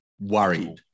worried